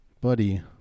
buddy